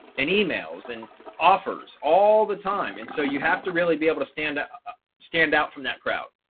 and emails and offers all the time. and so you have to really be able to stand up, stand out from that crowd.